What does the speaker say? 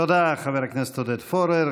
תודה, חבר הכנסת עודד פורר.